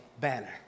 banner